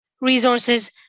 resources